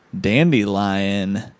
Dandelion